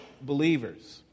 Believers